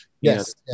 Yes